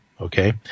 Okay